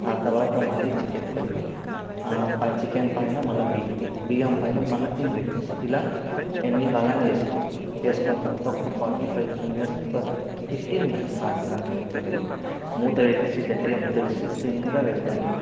ఆ తరువాత మళ్ళీ చికెన్ కొద్దిగంత పై చికెన్ పైన మళ్ళీ బియ్యం బియ్యం పైన మళ్ళీ ఇంగ్రీడియంట్స్ ఇలా ఎన్ని కావాలో అన్ని వేసుకోవాలి వేసుకున్న తరువాత ఒక్క ఫార్టీ ఫైవ్ మినిట్స్ ఒక ఫిఫ్టీన్ మినిట్స్ హార్డ్లీ దానికన్నా ఎక్కువ లేదు మూత పెట్టేసి గట్టిగా మూత తీసి స్లిమ్గా పెట్టండి